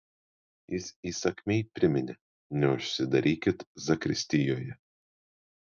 jis įsakmiai priminė neužsidarykit zakristijoje